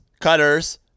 Cutter's